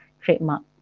trademark